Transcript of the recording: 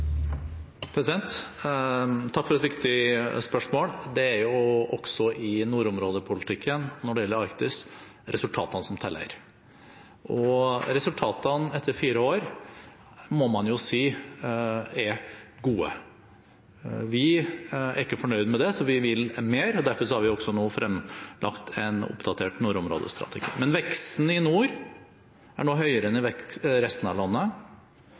Takk for et viktig spørsmål. Det er også i nordområdepolitikken, når det gjelder Arktis, resultatene som teller. Resultatene etter fire år må man jo si er gode. Vi er ikke fornøyd med det, så vi vil mer. Derfor har vi nå fremlagt en oppdatert nordområdestrategi. Men veksten i nord er nå høyere enn i resten av landet. Arbeidsledigheten i nord, etter fire år med denne regjeringen, er lavere enn i resten av landet.